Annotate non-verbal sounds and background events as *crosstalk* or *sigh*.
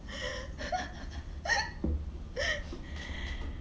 *laughs*